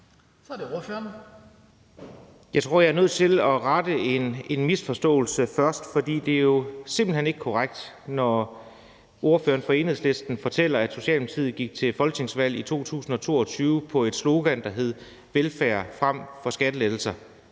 Anders Kronborg (S): Jeg tror, er jeg er nødt til først at rette en misforståelse, for det er jo simpelt hen ikke korrekt, når ordføreren fra Enhedslisten fortæller, at Socialdemokratiet gik til folketingsvalg i 2022 på et slogan om velfærd frem for skattelettelser.